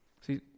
See